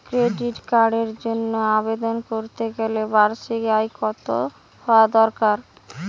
Credit কার্ডের জন্য আবেদন করতে গেলে বার্ষিক আয় কত হওয়া দরকার?